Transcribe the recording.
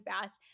fast